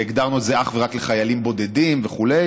והגדרנו את זה אך ורק חיילים בודדים וכו'